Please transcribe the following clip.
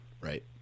Right